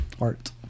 art